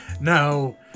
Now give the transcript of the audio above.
No